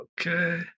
okay